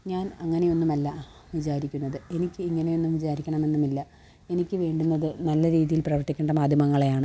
ഞാന് അങ്ങനെയൊന്നുമല്ല വിചാരിക്കുന്നത് എനിക്ക് ഇങ്ങനെയൊന്നും വിചാരിക്കണമെന്നുമില്ല എനിക്ക് വേണ്ടുന്നത് നല്ല രീതിയില് പ്രവര്ത്തിക്കേണ്ട മാധ്യമങ്ങളെയാണ്